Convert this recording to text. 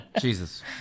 jesus